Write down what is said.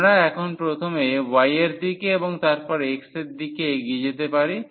আমরা এখন প্রথমে y এর দিকে এবং তার পরে x এর দিকে এগিয়ে যেতে পারি